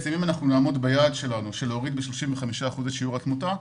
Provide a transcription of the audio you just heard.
אם נעמוד ביעד שלנו של להוריד ב-35% את שיעורי התמותה,